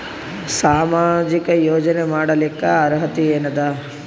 ಸಾಮಾಜಿಕ ಯೋಜನೆ ಪಡಿಲಿಕ್ಕ ಅರ್ಹತಿ ಎನದ?